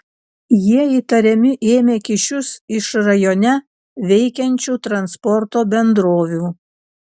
jie įtariami ėmę kyšius iš rajone veikiančių transporto bendrovių